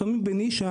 לפעמים בנישה